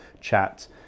chat